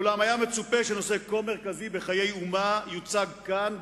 ואולם היה מצופה שנושא כה מרכזי בחיי אומה יוצג כאן,